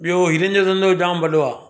ॿियो हीरनि जो धंधो जाम वॾो आहे